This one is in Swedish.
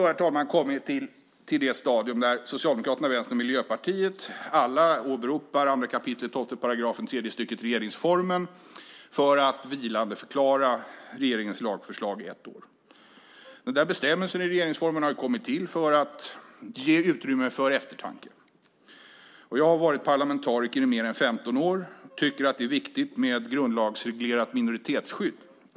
Nu har vi då kommit till det stadium när Socialdemokraterna, Vänstern och Miljöpartiet alla åberopar 2 kap. 12 § tredje stycket regeringsformen för att vilandeförklara regeringens lagförslag i ett år. Den bestämmelsen i regeringsformen har kommit till för att ge utrymme för eftertanke. Jag har varit parlamentariker i mer än 15 år och tycker att det är viktigt med ett grundlagsreglerat minoritetsskydd.